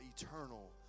eternal